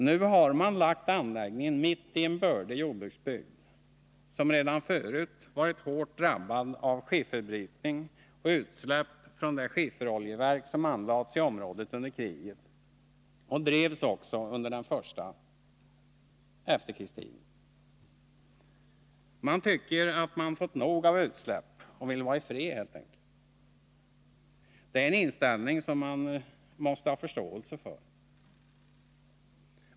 Nu har anläggningen placerats mitt i en bördig jordbruksbygd, som redan förut varit hårt drabbad av skifferbrytning och utsläpp från det skifferoljeverk som anlades i området under kriget och som drevs också under den första delen av efterkrigstiden. Man tycker att man fått nog av utsläpp. Man vill helt enkelt vara i fred. Det är en inställning som vi måste ha förståelse för.